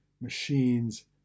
machines